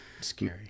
Scary